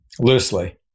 loosely